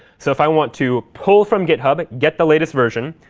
so if i want to pull from github, get the latest version,